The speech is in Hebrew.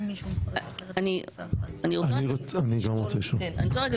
אני רוצה לשאול.